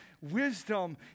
wisdom